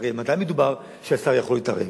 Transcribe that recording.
הרי מתי מדובר שהשר יכול להתערב?